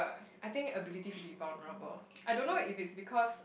I think ability to be vulnerable I don't know if it's because